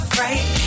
right